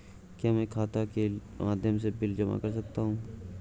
क्या मैं खाता के माध्यम से बिल जमा कर सकता हूँ?